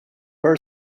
per